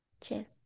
cheers